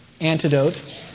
antidote